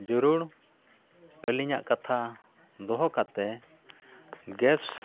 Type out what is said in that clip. ᱡᱩᱨᱩᱲ ᱟᱹᱞᱤᱧᱟᱜ ᱠᱟᱛᱷᱟ ᱫᱚᱦᱚ ᱠᱟᱛᱮᱫ ᱜᱮᱥ